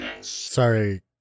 Sorry